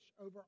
over